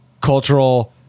cultural